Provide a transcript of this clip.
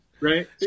Right